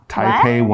Taipei